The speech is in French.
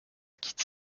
quitte